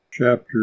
Chapter